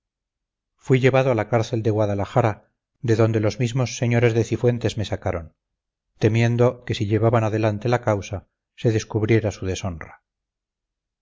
fui llevado a la cárcel de guadalajara de donde los mismos señores de cifuentes me sacaron temiendo que si llevaban adelante la causa se descubriera su deshonra